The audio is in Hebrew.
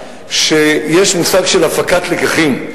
שיש מושג של הפקת לקחים,